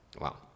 Wow